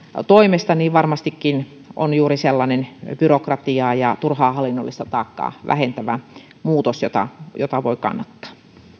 toimesta varmastikin on juuri sellainen byrokratiaa ja turhaa hallinnollista taakkaa vähentävä muutos jota jota voi kannattaa